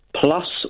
plus